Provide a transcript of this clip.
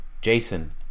jason